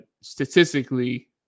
statistically